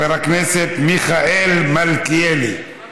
חבר הכנסת מיכאל מלכיאלי,